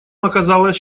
оказалось